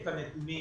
את הנתונים